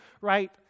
right